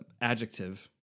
adjective